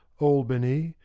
albany,